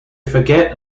forget